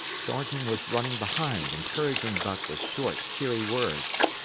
thornton was running behind, encouraging buck with short, cheery words.